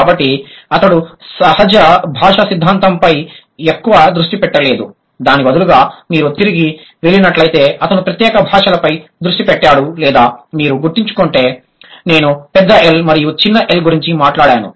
కాబట్టి అతడు సహజ భాష సిద్ధాంతంపై ఎక్కువ దృష్టి పెట్టలేదు దాని బదులుగా మీరు తిరిగి వెళ్ళినట్లైతే అతను ప్రత్యేక భాషలపై దృష్టి పెట్టాడు లేదా మీరు గుర్తుచేసుకుంటే నేను పెద్ద L మరియు చిన్న l గురించి మాట్లాడాను